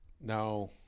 now